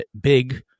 big